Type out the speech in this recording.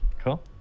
Cool